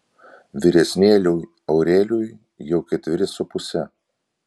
vyresnėliui aurelijui jau ketveri su puse